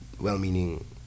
well-meaning